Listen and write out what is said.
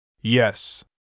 Yes